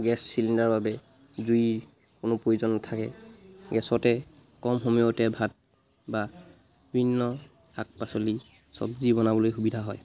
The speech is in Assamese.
গেছ চিলিণ্ডাৰৰ বাবে জুই কোনো প্ৰয়োজন নাথাকে গেছতে কম সময়তে ভাত বা বিভিন্ন শাক পাচলি চব্জি বনাবলৈ সুবিধা হয়